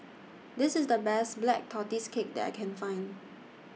This IS The Best Black Tortoise Cake that I Can Find